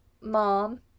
Mom